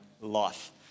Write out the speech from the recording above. life